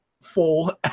full